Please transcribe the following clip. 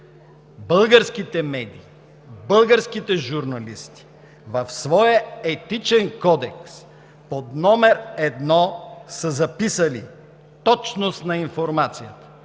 Българските медии, българските журналисти в своя Етичен кодекс под номер едно са записали: „Точност на информацията“.